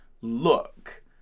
look